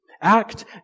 Act